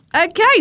Okay